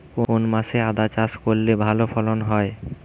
কোন মাসে আদা চাষ করলে ভালো ফলন হয়?